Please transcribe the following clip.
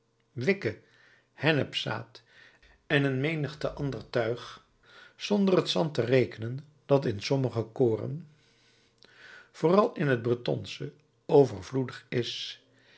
wikke hennepzaad en een menigte ander tuig zonder het zand te rekenen dat in sommig koren vooral in het bretonsche overvloedig is